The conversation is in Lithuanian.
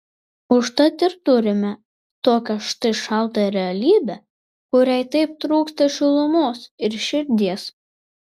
užtat ir turime tokią štai šaltą realybę kuriai taip trūksta šilumos ir širdies